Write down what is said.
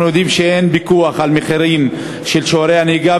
אנחנו יודעים שאין פיקוח על מחירים של שיעורי הנהיגה,